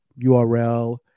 url